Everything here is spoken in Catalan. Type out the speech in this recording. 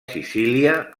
sicília